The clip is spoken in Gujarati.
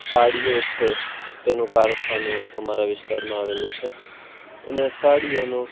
સાડીઓ છે તેનું કારખાનું અમારા વિસ્તારમાં આવેલું છે અને સાડીઓનું